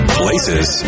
places